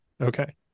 Okay